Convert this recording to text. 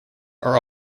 are